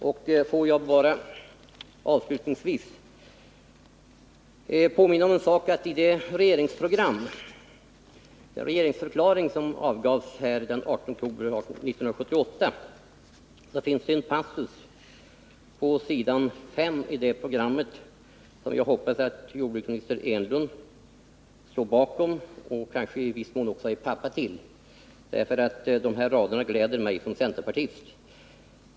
Låt mig bara avslutningsvis påminna om en passus i den regeringsförklaring som avgavs den 18 oktober 1978 — jag hoppas att jordbruksminister Enlund står bakom den, kanske i viss mån också är pappa till den; de här raderna gläder mig som centerpartist.